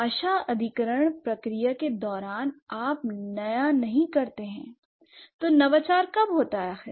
भाषा अधिग्रहण प्रक्रिया के दौरान आप नया नहीं करते हैं l तो नवाचार कब होता है